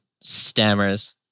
stammers